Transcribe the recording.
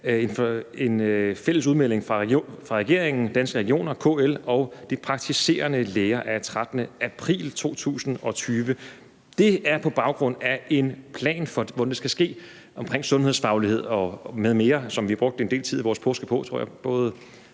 af en fælles udmelding fra regeringen, Danske Regioner, KL og De Praktiserende lægers Organisation af 13. april 2020. Det er på baggrund af en plan for, hvordan det skal ske sundhedsfagligt forsvarligt m.m., og som vi brugte en del af vores påske på, og det var både